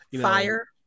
fire